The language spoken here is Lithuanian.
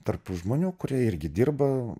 tarp žmonių kurie irgi dirba